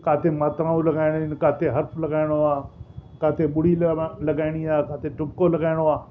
किथे मात्राऊं लॻाइणियूं आहिनि किथे हर्फ़ लॻाइणो आहे किथे ॿुड़ी लॻा लॻाइणी आहे किथे टुबिको लॻाइणो आहे